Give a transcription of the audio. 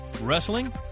wrestling